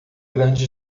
grandes